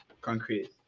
concrete